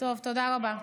תודה רבה.